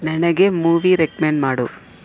ನನಗೆ movie recommend ಮಾಡು